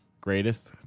greatest